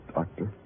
Doctor